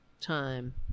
time